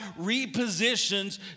repositions